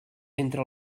entre